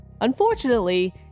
Unfortunately